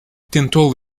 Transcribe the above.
tentou